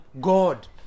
god